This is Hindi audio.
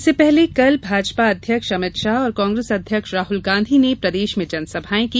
इससे पहले कल भाजपा अध्यक्ष अमित शाह और कांग्रेस अध्यक्ष राहल गांधी ने प्रदेश में जनसभाएं की